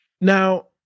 Now